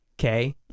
okay